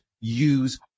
use